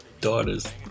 daughters